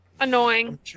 Annoying